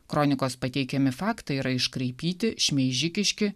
kronikos pateikiami faktai yra iškraipyti šmeižikiški